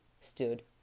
stood